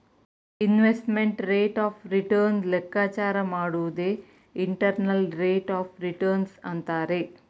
investment rate of return ಲೆಕ್ಕಾಚಾರ ಮಾಡುವುದೇ internal rate of return ಅಂತರೆ